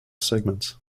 segments